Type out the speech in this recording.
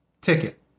Ticket